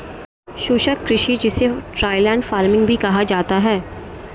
शुष्क कृषि जिसे ड्राईलैंड फार्मिंग भी कहा जाता है